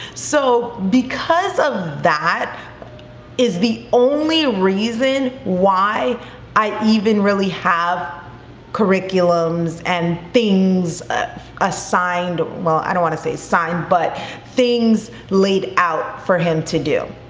so because of that is the only reason why i even really have curriculums and things assigned, well, i don't want to say assigned but things laid out for him to do.